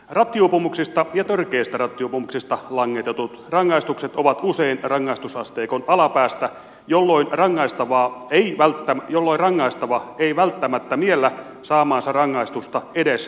rattijuopumuksista ja tärkeistä rattijuopumuksista langetetut rangaistukset ovat usein rangaistusasteikon alapäästä jolloin rangaistava ei välttämättä miellä saamaansa rangaistusta edes rangaistukseksi